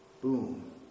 Boom